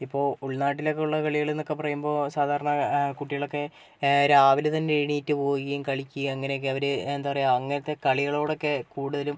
ഇപ്പോൾ ഉൾനാട്ടിലൊക്കെയുള്ള കളികളെന്നൊക്കെ പറയുമ്പോൾ സാധാരണ കുട്ടികളൊക്കെ രാവിലെ തന്നെ എണീറ്റ് പോവുകയും കളിക്കുകയും അങ്ങനെയൊക്കെ അവർ എന്താ പറയാ അങ്ങനത്തെ കളികളോടൊക്കെ കൂടുതലും